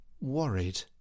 worried